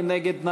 מי נגד?